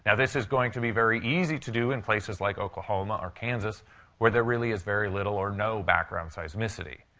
and this is going to be very easy to do in places like oklahoma or kansas where there really is very little or no background seismicity.